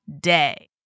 day